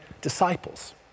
disciples